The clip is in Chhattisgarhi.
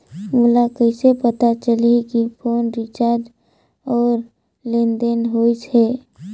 मोला कइसे पता चलही की फोन रिचार्ज और लेनदेन होइस हे?